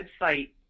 website